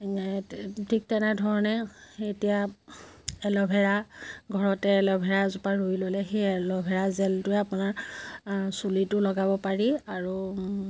ঠিক তেনেধৰণে এতিয়া এল'ভেৰা ঘৰতে এল'ভেৰাজোপা ৰুই ল'লে সেই এল'ভেৰা জেলটোৱেই আপোনাৰ চুলিতো লগাব পাৰি আৰু